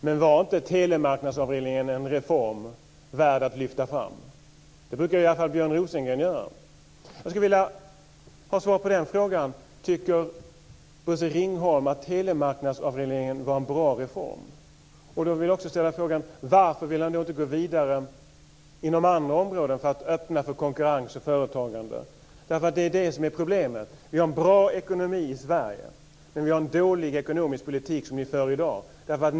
Men var inte telemarknadsavregleringen en reform värd att lyfta fram? Det brukar ju i alla fall Björn Rosengren göra. Ringholm att telemarknadsavregleringen var en bra reform? Då vill jag också ställa frågan: Varför vill han inte gå vidare inom andra områden för att öppna för konkurrens och företagande? Det är det som är problemet. Vi har en bra ekonomi i Sverige, men det är en dålig ekonomisk politik ni för i dag.